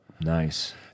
nice